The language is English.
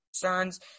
Concerns